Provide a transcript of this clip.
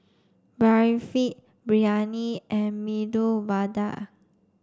Barfi Biryani and Medu Vada